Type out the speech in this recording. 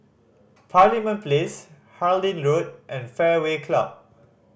Parliament Place Harlyn Road and Fairway Club